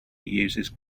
uses